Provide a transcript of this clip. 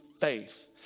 faith